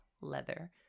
leather